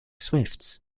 swifts